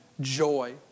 joy